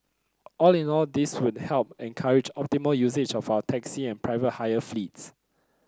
all in all this would help encourage optimal usage of our taxi and private hire fleets